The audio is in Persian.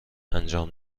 انجام